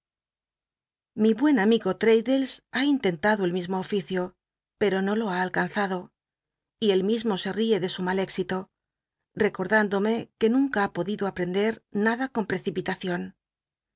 lli buen amigo l't'tl lclles ha intentado el mismo oficio ct'o no lo ha alc nzado y él mi mo se tie de u mal é tito t cord i ndome ue nunca ha poelido aptendct nada on precipitacion